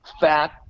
fat